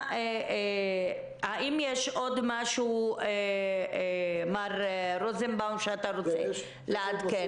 האם יש עוד משהו, מר רוזנבאום, שאתה רוצה לעדכן?